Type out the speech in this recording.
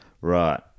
right